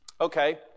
okay